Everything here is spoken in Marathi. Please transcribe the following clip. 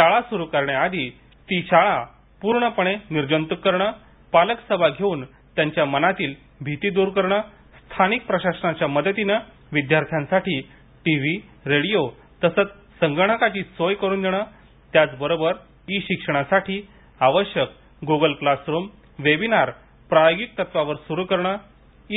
शाळा सुरु करण्याआधी शाळा ती पूर्णपणे निर्जंतूक करण पालकसभा घेऊन त्यांच्या मनातली भीती दूर करण स्थानिक प्रशासनाच्या मदतीनं विद्यार्थ्यांसाठी टीव्ही रेडीओ तसंच संगणकाची सोय करून देण त्याचबरोबर ई शिक्षणासाठी आवश्यक गुगल क्लास रूम वेबिनार प्रायोगिक तत्वावर सुरु करणे